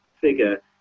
figure